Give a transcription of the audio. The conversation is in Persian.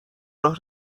راه